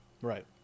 Right